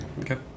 Okay